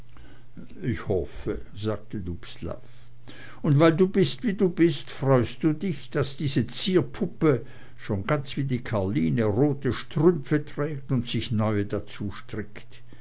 ich hoffe sagte dubslav und weil du bist wie du bist freust du dich daß diese zierpuppe schon ganz wie die karline rote strümpfe trägt und sich neue dazustrickt